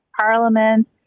Parliament